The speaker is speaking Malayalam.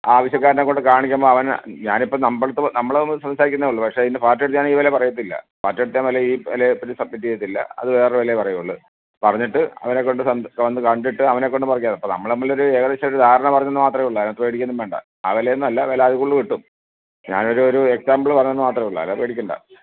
ആവശ്യക്കാരനെക്കൊണ്ട് കാണിക്കുമ്പം അവന് ഞാനിപ്പോൾ നമ്മൾ ഇപ്പോൾ നമ്മൾ തമ്മിൽ സംസാരിക്കുന്നേ ഉളളൂ പക്ഷെ എന്റെ പാര്ട്ടീടെ അടുത്ത് ഞാൻ ഈ വില പറയത്തില്ല പാര്ട്ടീടെ അടുത്ത് ഞാൻ വില ഈ വിലയെപ്പറ്റി സബ്മിറ്റ് ചെയ്യത്തില്ല അത് വേറെയൊരു വിലയെ പറയുള്ളൂ പറഞ്ഞിട്ട് അവനെക്കൊണ്ട് വന്ന് കണ്ടിട്ട് അവനെക്കൊണ്ട് പതുക്കെ അപ്പം നമ്മൾ തമ്മിലൊരു ഏകദേശം ഒരു ധാരണ പറഞ്ഞെന്ന് മാത്രമേ ഉള്ളൂ അതിനകത്ത് പേടിക്കുകയൊന്നും വേണ്ട ആ വില്ല ഒന്നും അല്ല വില അതിൽ കൂടുതൽ കിട്ടും ഞാനൊരു ഒരു എക്സാമ്പിള് പറഞ്ഞു എന്ന് മാത്രമേ ഉള്ളൂ അതിനകത്ത് പേടിക്കേണ്ട